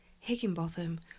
Higginbotham